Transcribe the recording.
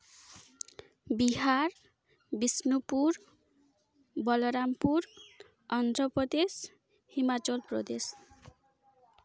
Bihar Bishnupur Balarampur Andhra Pradesh Himachal Pradesh